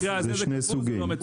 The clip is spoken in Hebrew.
יש שני סוגים.